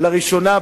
לראשונה,